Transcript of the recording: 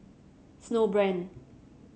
Snowbrand